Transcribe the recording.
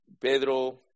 Pedro